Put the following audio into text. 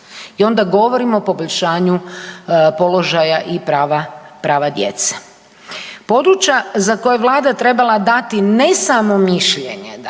I onda govorimo o poboljšanju položaja i prava djece. Područja za koja je Vlada trebala dati ne samo mišljenje